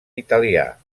italià